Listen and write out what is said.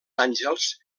àngels